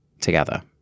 together